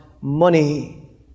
money